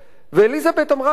ואליזבת אמרה: 'כן'.